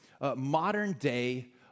modern-day